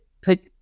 put